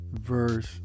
verse